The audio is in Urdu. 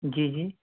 جی جی